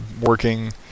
working